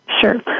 sure